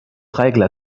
règles